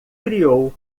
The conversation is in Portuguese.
criou